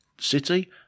city